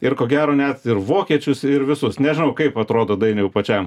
ir ko gero net ir vokiečius ir visus nežinau kaip atrodo dainiau pačiam